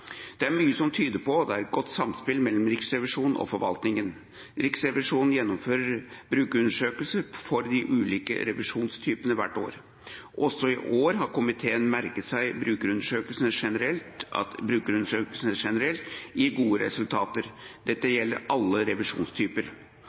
Det er mye som tyder på at det er godt samspill mellom Riksrevisjonen og forvaltningen. Riksrevisjonen gjennomfører brukerundersøkelser for de ulike revisjonstypene hvert år. Også i år har komiteen merket seg at brukerundersøkelsene generelt gir gode resultater. Dette